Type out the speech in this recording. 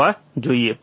હોવા જોઈએ